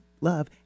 love